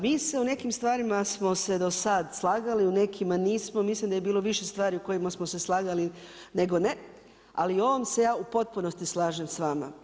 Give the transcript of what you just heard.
Mi se u nekim stvarima, smo se do sada slagali u nekima nismo, mislim da je bilo više stvari u kojima smo se slagali nego ne, ali u ovom se ja u potpunosti slažem s vama.